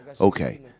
Okay